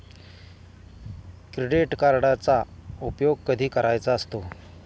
Credit कार्डचा उपयोग कधी करायचा असतो?